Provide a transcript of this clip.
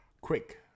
Quick